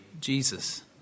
Jesus